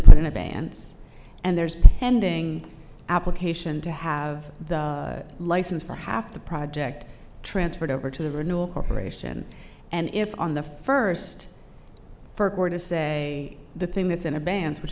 put into bands and there's pending application to have the license for half the project transferred over to the renewal corp and if on the first for gore to say the thing that's in a band which